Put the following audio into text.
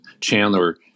Chandler